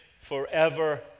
forever